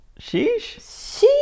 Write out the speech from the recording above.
Sheesh